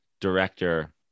director